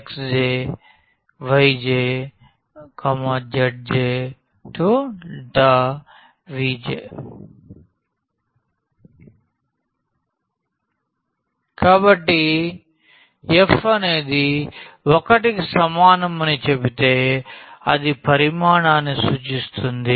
Vfx y zdV j 1nfxjyjzjVj కాబట్టి f అనేది 1 కి సమానమని చెబితే అది పరిమాణాన్ని ను సూచిస్తుంది